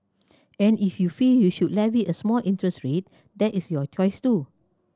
and if you feel you should levy a small interest rate that is your choice too